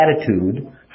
attitude